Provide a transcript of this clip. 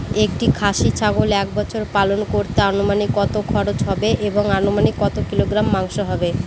একটি খাসি ছাগল এক বছর পালন করতে অনুমানিক কত খরচ হবে এবং অনুমানিক কত কিলোগ্রাম মাংস হবে?